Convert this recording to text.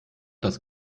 das